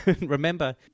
remember